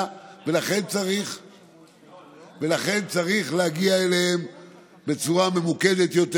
ולכן צריך להגיע אליהן בצורה ממוקדת יותר.